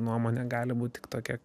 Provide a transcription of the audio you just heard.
nuomone gali būt tik tokie